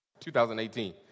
2018